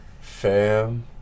Fam